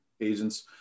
agents